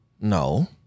No